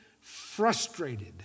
frustrated